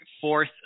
fourth